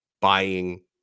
buying